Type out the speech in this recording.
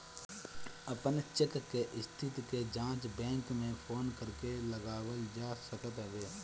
अपन चेक के स्थिति के जाँच बैंक में फोन करके लगावल जा सकत हवे